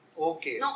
Okay